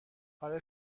آره